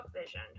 vision